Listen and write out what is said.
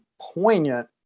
poignant